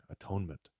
atonement